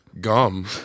gum